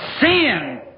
sin